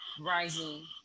rising